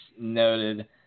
noted